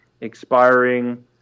expiring